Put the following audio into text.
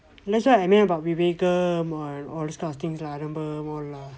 that's what I meant about Vivegam and all these kind of things lah I remember all lah